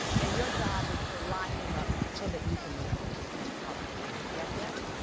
and your job is to align them up so that you can move forward in a powerful way. yes, yes?